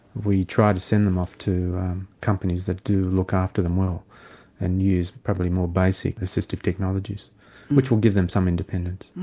we try to send them off to companies that do look after them well and use probably more basic assistive technologies which will give them some independence.